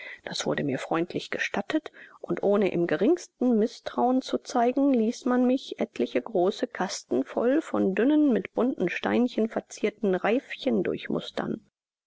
das wurde mir freundlich gestattet und ohne im geringsten mißtrauen zu zeigen ließ man mich etliche große kasten voll von dünnen mit bunten steinchen verzierten reifchen